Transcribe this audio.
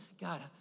God